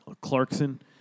Clarkson